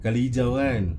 colour hijau kan